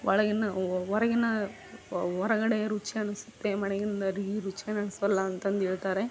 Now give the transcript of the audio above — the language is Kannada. ಒಳಗಿನ ಹೊರಗಿನ ಹೊರಗಡೆ ರುಚಿ ಅನ್ಸುತ್ತೆ ಮನೆಯಿಂದ ರು ಏನು ರುಚಿಯೇ ಅನ್ಸೋಲ್ಲ ಅಂತಂದು ಏಳ್ತಾರೆ